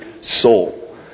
soul